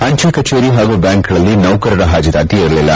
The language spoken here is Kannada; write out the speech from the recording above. ಅಂಚೆ ಕಚೇರಿ ಹಾಗೂ ಬ್ಯಾಂಕ್ಗಳಲ್ಲಿ ನೌಕರರ ಹಾಜರಾತಿ ಇರಲಿಲ್ಲ